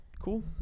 Cool